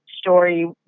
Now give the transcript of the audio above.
story